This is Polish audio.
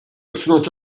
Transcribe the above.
odsunąć